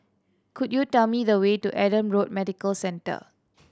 could you tell me the way to Adam Road Medical Centre